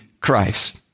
Christ